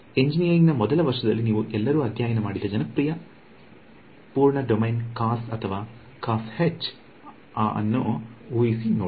ಎಂಜಿನಿಯರಿಂಗ್ನ ಮೊದಲ ವರ್ಷದಲ್ಲಿ ನೀವು ಎಲ್ಲರೂ ಅಧ್ಯಯನ ಮಾಡಿದ ಅತ್ಯಂತ ಜನಪ್ರಿಯ ಪೂರ್ಣ ಡೊಮೇನ್ ಕಾಸ್ ಆ ಅಥವಾ ಕಾಸ್ ಹೆಚ್ ಆ ಅನ್ನೋದನ್ನು ಊಹಿಸಿ ನೋಡಿ